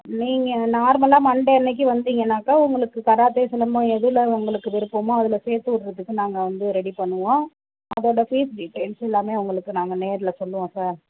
நீங்கள் நார்மலாக மண்டே அன்னைக்கு வந்திங்கனாக்க உங்களுக்கு கராத்தே சிலம்பம் எதில் உங்களுக்கு விருப்பமோ அதில் சேர்த்து விட்றத்துக்கு நாங்கள் வந்து ரெடி பண்ணுவோம் அதோட ஃபீஸ் டிட்டியல்ஸ் எல்லாமே உங்களுக்கு நாங்கள் நேரில் சொல்லுவோம் சார்